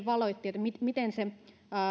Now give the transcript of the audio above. valotti miten se